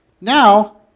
Now